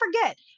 forget